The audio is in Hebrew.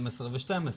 12 ו-12.